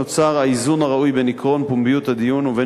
נוצר האיזון הראוי בין עקרון פומביות הדיון ובין